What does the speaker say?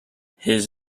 his